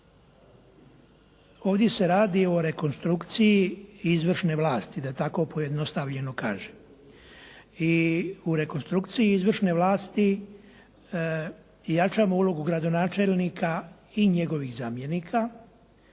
Ovdje se radi o rekonstrukciji izvršne vlasti, da tako pojednostavljeno kažem. I u rekonstrukciji izvršne vlasti jačamo ulogu gradonačelnika i njegovih zamjenika